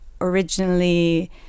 originally